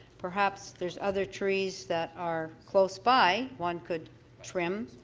perhaps there's other trees that are close by one could trim,